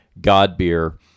Godbeer